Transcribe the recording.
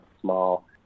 small